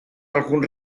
algun